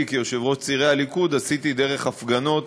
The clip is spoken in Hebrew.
כיושב-ראש צעירי הליכוד עשיתי דרך הפגנות